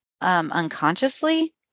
Unconsciously